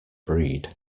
breed